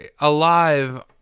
alive